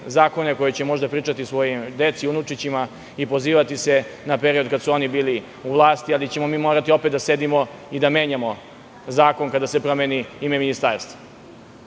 zakone koje će pričati svojoj deci i unucima i pozivati se na period kada su oni bili u vlasti, ali ćemo mi morati opet da sedimo i da menjamo zakon kada se promeni ime ministarstva. Najiskrenija